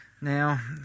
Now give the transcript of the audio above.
Now